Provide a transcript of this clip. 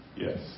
Yes